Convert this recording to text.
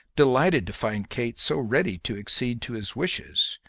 delighted to find kate so ready to accede to his wishes,